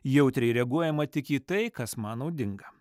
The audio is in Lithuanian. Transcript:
jautriai reaguojama tik į tai kas man naudinga